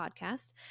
Podcast